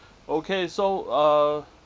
okay so uh